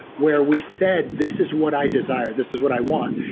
where we said, this is what i desire, this is what i want.